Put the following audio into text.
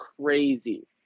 crazy